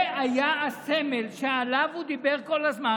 זה היה הסמל שעליו הוא דיבר כל הזמן,